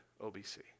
OBC